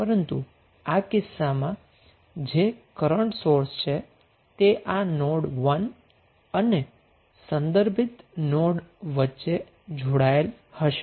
પરંતુ આ કિસ્સામાં જે કરન્ટ સોર્સ છે તે આ નોડ 1 અને રેફેરન્સ નોડ વચ્ચે જોડાયેલ હશે